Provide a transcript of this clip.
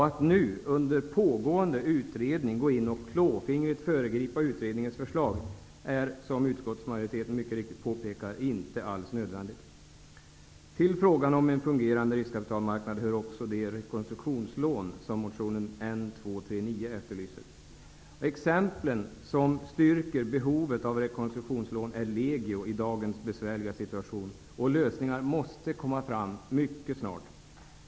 Att under pågående utredning gå in och klåfingrigt föregripa utredningens förslag är, som utskottsmajoriteten mycket riktigt påpekar, inte alls nödvändigt. Till frågan om en fungerande riskkapitalmarknad hör också de rekonstruktionslån som motionen N239 efterlyser. Exemplen som styrker behovet av rekonstruktionslån är legio i dagens besvärliga situation, och lösningar måste komma fram mycket snart.